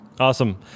Awesome